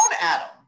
Adam